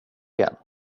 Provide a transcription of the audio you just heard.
igen